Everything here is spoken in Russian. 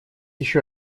еще